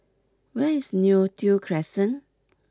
where is Neo Tiew Crescent